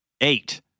eight